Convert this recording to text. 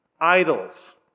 idols